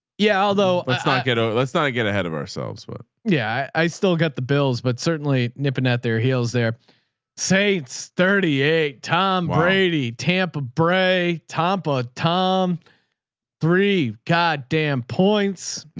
yeah. although let's not get, ah let's not get ahead of ourselves, but yeah i still got the bills, but certainly nipping at their heels there say it's thirty eight, tom brady, tampa bray, tampa, tom three, god damn points.